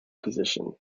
position